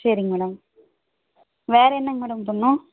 சரிங்க மேடம் வேறு என்னங்க மேடம் பண்ணணும்